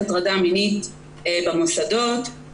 אני מתרשם שאין בעיה של הטרדות מיניות בקמפוסים כי אין תלונות.